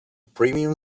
premium